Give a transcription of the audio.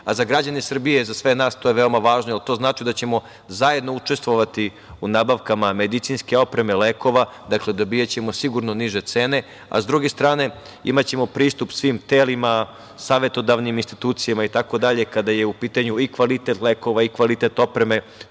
Za građane Srbije, za sve nas to je veoma važno jer to znači da ćemo zajedno učestvovati u nabavkama medicinske opreme, lekova. Dakle, dobijaćemo sigurno niže cene. S druge strane, imaćemo pristup svim telima, savetodavnim institucijama itd. kada je u pitanju kvalitet lekova, kvalitet opreme,